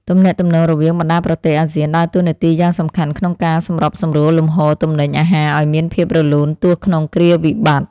ទំនាក់ទំនងរវាងបណ្តាប្រទេសអាស៊ានដើរតួនាទីយ៉ាងសំខាន់ក្នុងការសម្របសម្រួលលំហូរទំនិញអាហារឱ្យមានភាពរលូនទោះក្នុងគ្រាវិបត្តិ។